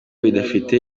bidafite